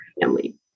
family